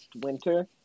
winter